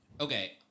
okay